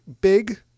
big